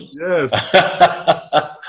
Yes